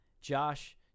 Josh